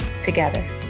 together